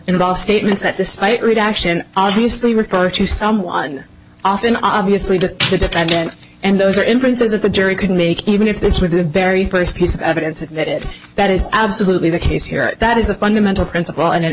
involves statements that the state reaction obviously refer to someone often obviously to the defendant and those are in princes of the jury couldn't make even if this were the very first piece of evidence that that is absolutely the case here that is a fundamental principle and an